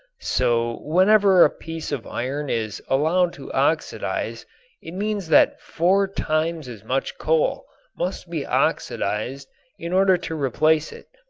so whenever a piece of iron is allowed to oxidize it means that four times as much coal must be oxidized in order to replace it.